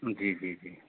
جی جی جی